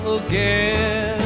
again